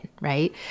right